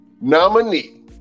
nominee